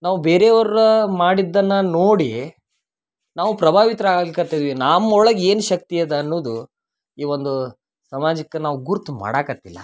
ನಾವು ಬೇರೆ ಅವ್ರ ಮಾಡಿದ್ದನ್ನ ನೋಡಿ ನಾವು ಪ್ರಭಾವಿತ್ರು ಆಗ್ಲಿಕತ್ತೇವಿ ನಮ್ಮೊಳಗೆ ಏನು ಶಕ್ತಿ ಅದ ಅನ್ನುದು ಈ ಒಂದು ಸಮಾಜಕ್ಕೆ ನಾವು ಗುರುತು ಮಾಡಾಕತಿಲ್ಲ